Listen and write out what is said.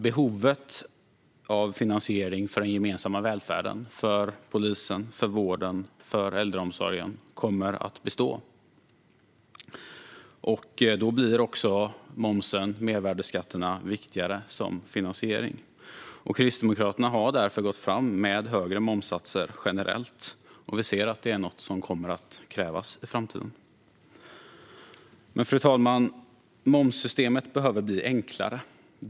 Behovet av finansiering av den gemensamma välfärden, det vill säga polisen, vården och äldreomsorgen, kommer dock att bestå. Då blir momsen, mervärdesskatterna, viktigare som finansiering. Kristdemokraterna har därför förslag om generellt högre momssatser. Vi ser att det är något som kommer att krävas i framtiden. Fru talman! Momssystemet behöver bli enklare.